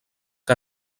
que